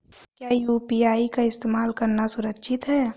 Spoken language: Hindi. क्या यू.पी.आई का इस्तेमाल करना सुरक्षित है?